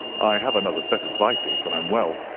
i have another set of vices when i'm well,